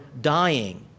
dying